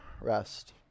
rest